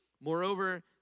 Moreover